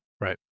Right